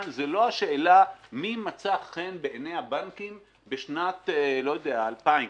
זו לא השאלה מי מצא חן בעיני הבנקים בשנת 2000,